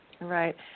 Right